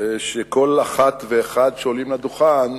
שכל אחת ואחד שעולים לדוכן,